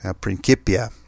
Principia